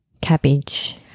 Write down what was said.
cabbage